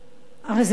הרי זה לא הגיוני.